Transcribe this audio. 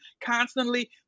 constantly